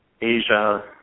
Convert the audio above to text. Asia